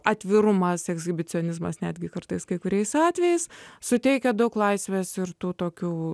atvirumas ekshibicionizmas netgi kartais kai kuriais atvejais suteikia daug laisvės ir tų tokių